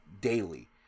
daily